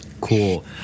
Cool